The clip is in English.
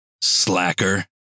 Slacker